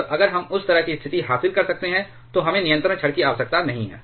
और अगर हम उस तरह की स्थिति हासिल कर सकते हैं तो हमें नियंत्रण छड़ की आवश्यकता नहीं है